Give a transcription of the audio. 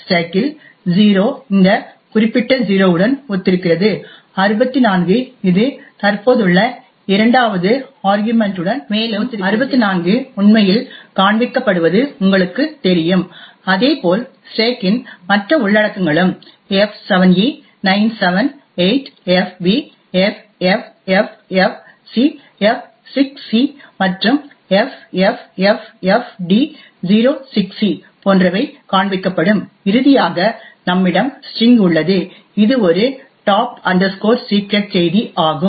ஸ்டேக்கில் 0 இந்த குறிப்பிட்ட 0 உடன் ஒத்திருக்கிறது 64 இது தற்போதுள்ள இரண்டாவது ஆர்கியுமென்ட் உடன் ஒத்திருக்கிறது மேலும் 64 உண்மையில் காண்பிக்கப்படுவது உங்களுக்குத் தெரியும் அதே போல் ஸ்டேக்கின் மற்ற உள்ளடக்கங்களும் f7e978fb ffffcf6c மற்றும் ffffd06c போன்றவை காண்பிக்கப்படும் இறுதியாக நம்மிடம் ஸ்டிரிங் உள்ளது இது ஒரு டாப் செக்ரெட் top secret செய்தி ஆகும்